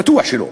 בטוח שלא.